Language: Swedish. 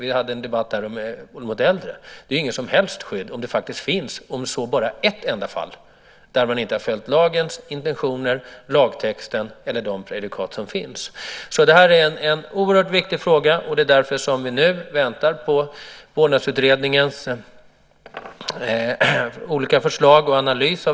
Vi hade en debatt här tidigare om våld mot äldre. Det är inget som helst skydd om det så bara är ett enda fall där man inte har följt lagens intentioner, lagtexten eller de prejudikat som finns. Detta är en oerhört viktig fråga. Det är därför som vi nu väntar på Vårdnadsutredningens olika förslag och analys.